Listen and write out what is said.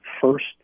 first